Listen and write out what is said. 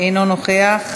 אינו נוכח,